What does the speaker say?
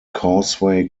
causeway